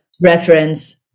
reference